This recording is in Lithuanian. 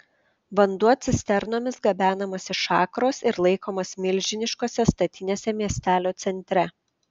vanduo cisternomis gabenamas iš akros ir laikomas milžiniškose statinėse miestelio centre